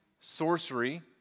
sorcery